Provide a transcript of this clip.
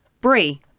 brie